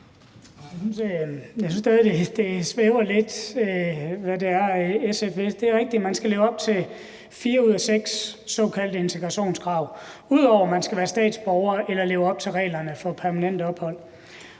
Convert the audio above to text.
Jeg synes stadig, det svæver lidt, hvad det er, SF vil. Det er rigtigt, at man skal leve op til fire ud af seks såkaldte integrationskrav, ud over at man skal være statsborger eller leve op til reglerne for permanent ophold.